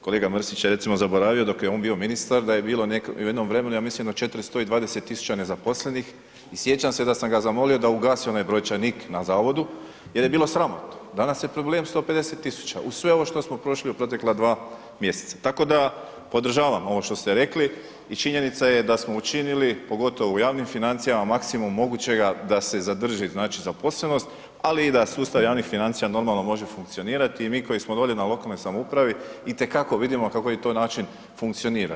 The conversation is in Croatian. Kolega Mrsić je recimo zaboravio dok je on bio ministar da je bilo u jednom vremenu, ja mislim jedno 420 000 nezaposlenih i sjećam se da sam ga zamolio da ugasi onaj brojčanik na zavodu jer je bilo sramotno, danas je problem 150 000 uz sve ovo što smo prošli u protekla 2 mj., tako da podržavam ovo što ste rekli i činjenica je da smo učinili pogotovo u javnim financijama, maksimum mogućega da se zadrži znači zaposlenost ali i da sustav javnih financija normalno može funkcionirati i mi koji smo godinama u lokalnoj samoupravi, itekako vidimo na kakav to način funkcionira.